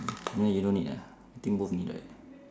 you don't need ah I think both need right